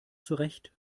zurecht